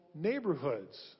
neighborhoods